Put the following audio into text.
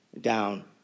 down